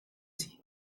dis